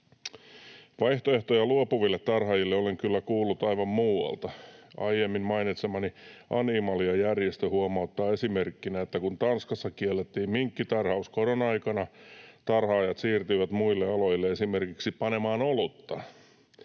Vaihtoehtoja luopuville tarhaajille olen kyllä kuullut aivan muualta. Aiemmin mainitsemani Animalia-järjestö huomauttaa esimerkkinä, että kun Tanskassa kiellettiin minkkitarhaus korona-aikana, tarhaajat siirtyivät muille aloille, esimerkiksi panemaan olutta.